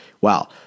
Wow